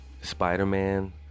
spider-man